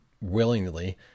willingly